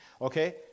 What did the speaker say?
Okay